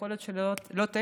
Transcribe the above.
יכול להיות שלא טעיתי,